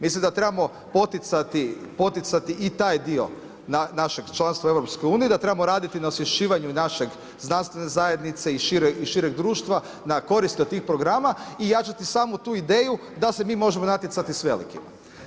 Mislim da trebamo poticati i taj dio našeg članstva u EU, da trebamo raditi na osvješćivanju naše znanstvene zajednice i šireg društva na koristi tih programa i jačati samu tu ideju da se mi možemo natjecati s velikim.